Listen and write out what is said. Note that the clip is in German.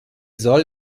soll